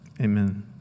Amen